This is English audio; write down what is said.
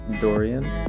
Dorian